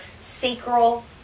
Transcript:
sacral